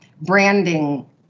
branding